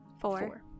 Four